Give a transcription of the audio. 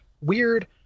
weird